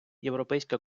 європейська